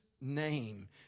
name